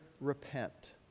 repent